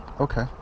Okay